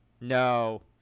No